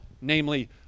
namely